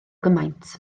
gymaint